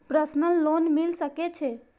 Personal loan मिल सके छे?